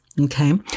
Okay